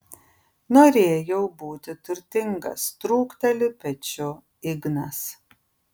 norėjau būti turtingas trūkteli pečiu ignas